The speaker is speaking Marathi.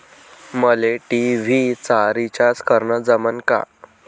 मले टी.व्ही चा रिचार्ज करन जमन का?